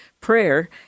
Prayer